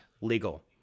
legal